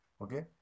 Okay